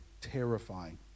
Terrifying